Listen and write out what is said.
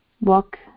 walk